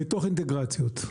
מתוך אינטגרציות.